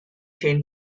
chain